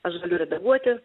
aš galiu redaguoti